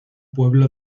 pueblo